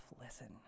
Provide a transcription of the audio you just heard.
listen